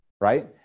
right